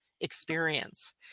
experience